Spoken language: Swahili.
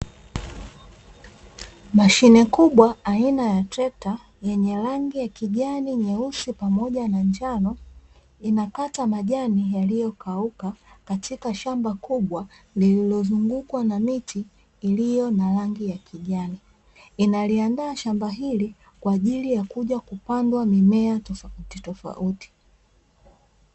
Mashine kubwa aina ya trekta yenye rangi ya kijani, nyeusi, pamoja na njano inakata majani yaliyokauka katika shamba kubwa lililozungukwa na miti iliyo na rangi ya kijani, inaliandaa shamba hili kwa ajili ya kuja kupandwa mimea tofautitofauti.